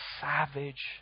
savage